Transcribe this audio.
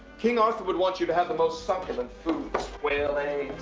king arthur would want you to have the most succulent foods quail eggs,